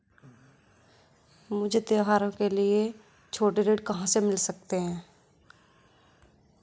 मुझे त्योहारों के लिए छोटे ऋण कहाँ से मिल सकते हैं?